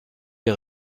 les